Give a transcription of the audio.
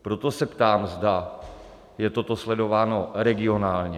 Proto se ptám, zda je toto sledováno regionálně?